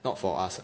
not for us ah